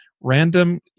random